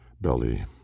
belly